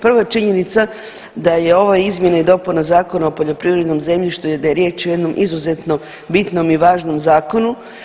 Prva činjenica da je ova izmjena i dopuna Zakona o poljoprivrednom zemljištu i da je riječ o jednom izuzetno bitnom i važnom zakonu.